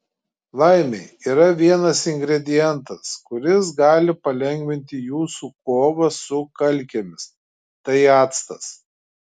laimei yra vienas ingredientas kuris gali palengvinti jūsų kovą su kalkėmis tai actas